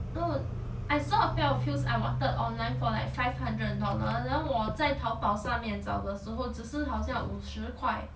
I saw a pair of heels I wanted online for like five hundred dollar then 我在 tao bao 上面找的时候只是好像五十块